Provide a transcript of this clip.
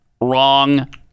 Wrong